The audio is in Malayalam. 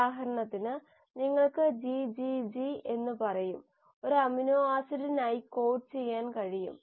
ഉദാഹരണത്തിന് നിങ്ങൾക്ക് GGG എന്ന് പറയും ഒരു അമിനോ ആസിഡിനായി കോഡ് ചെയ്യാൻ കഴിയും